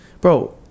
bro